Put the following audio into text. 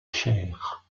chère